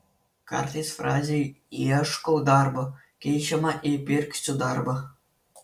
kartais frazė ieškau darbo keičiama į pirksiu darbą